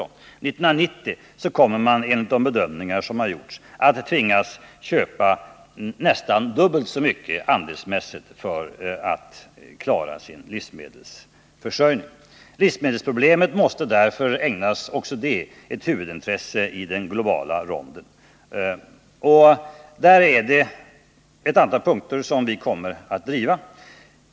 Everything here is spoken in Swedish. År 1990 kommer man enligt de bedömningar som gjorts att tvingas köpa nästan dubbelt så mycket andelsmässigt för att klara livsmedelsförsörjningen. Livsmedelsproblemet måste därför också det ägnas ett huvudintresse i den globala ronden. Och där är det ett antal punkter som vi kommer att driva.